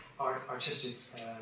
artistic